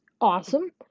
awesome